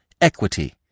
equity